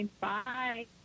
Bye